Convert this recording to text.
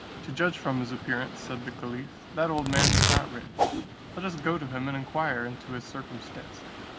to judge from his appearance, said the caliph, that old man is not rich let us go to him and inquire into his circumstances.